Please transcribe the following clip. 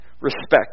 Respect